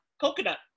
coconut